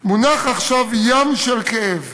מונח עכשיו ים של כאב.